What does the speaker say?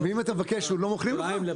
ואם אתה מבקש הם לא מוכרים לך?